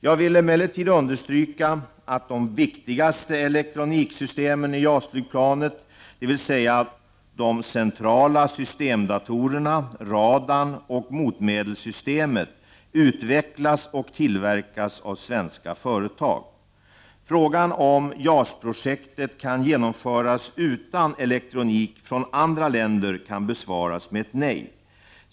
Jag vill emellertid understryka att de viktigaste elektroniksystemen i JAS flygplanet, dvs. de centrala systemdatorerna, radarn och motmedelssystemet, utvecklas och tillverkas av svenska företag. Frågan om JAS-projektet kan genomföras utan elektronik från andra länder kan besvaras med ett nej.